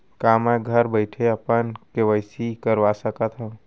का मैं घर बइठे अपन के.वाई.सी करवा सकत हव?